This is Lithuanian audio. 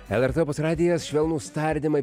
lrt opus radijas švelnūs tardymai